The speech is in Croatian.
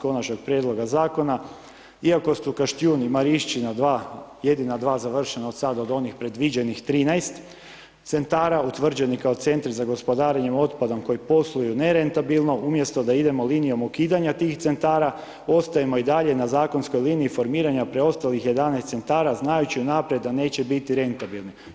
Konačnog prijedloga zakona iako su Konjšćun i Mariština dva, jedina dva završena za sad od onih predviđenih 13 centara, utvrđenih kao centri za gospodarenje otpadom koji posluju nerentabilno, umjesto da idemo linijom ukidanja tih centara, ostanimo i dalje na zakonskoj liniji formiranja preostalih 11 centara, znajući unaprijed da neće biti rentabilni.